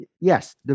Yes